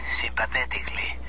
sympathetically